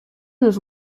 nos